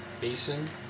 basin